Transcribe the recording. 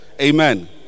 Amen